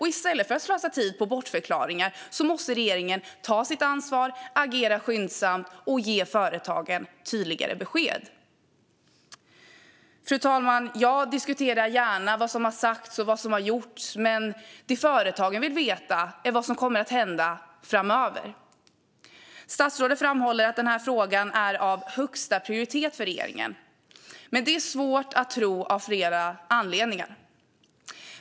I stället för att slösa tid på bortförklaringar måste regeringen nu ta sitt ansvar, agera skyndsamt och ge företagen tydligare besked. Fru talman! Jag diskuterar gärna vad som har sagts och vad som har gjorts, men det företagen vill veta är vad som kommer att hända framöver. Statsrådet framhåller att den här frågan är av högsta prioritet för regeringen. Men det är svårt att tro av flera anledningar.